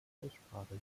aussprache